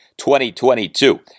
2022